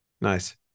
nice